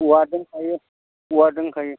औवा दंखायो औवा दंखायो